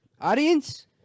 Audience